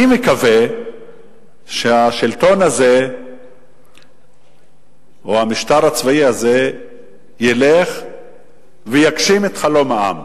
אני מקווה שהשלטון הזה או המשטר הצבאי הזה ילך ויגשים את חלום העם,